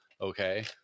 Okay